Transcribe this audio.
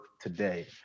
today